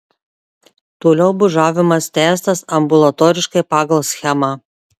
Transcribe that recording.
toliau bužavimas tęstas ambulatoriškai pagal schemą